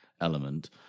element